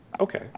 Okay